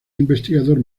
investigador